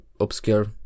obscure